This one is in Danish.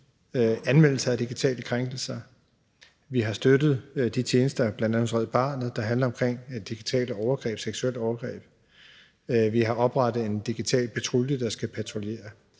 anmeldelser af digitale krænkelser. Vi har støttet de tjenester bl.a. hos Red Barnet, der handler om digitale overgreb, seksuelle overgreb. Vi har oprettet en digital patrulje, der skal patruljere.